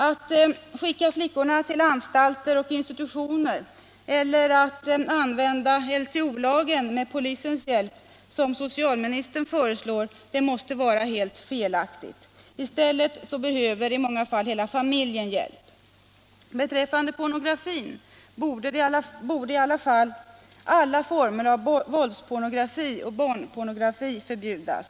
Att skicka flickorna till anstalter och institutioner, eller att som socialministern föreslår med polisens hjälp använda LTO-lagen, måste vara helt felaktigt. I stället behöver i många fall hela familjen hjälp. Beträffande pornografin borde i varje fall alla former av våldspornografi och barnpornografi förbjudas.